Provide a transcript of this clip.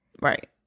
Right